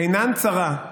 עינן צרה,